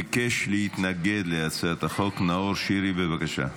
ביקש להתנגד להצעת החוק נאור שירי, בבקשה.